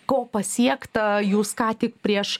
ko pasiekta jūs ką tik prieš